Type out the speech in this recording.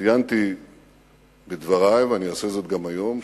ציינתי בדברי ואני אעשה זאת גם היום,